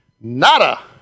Nada